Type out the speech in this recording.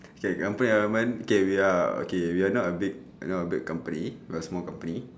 K company environment okay we are okay we're not a big not a big company we're a small company